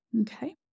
Okay